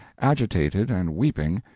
agitated and weeping,